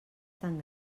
tan